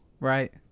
Right